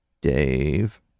Dave